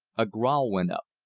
a growl went up.